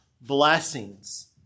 blessings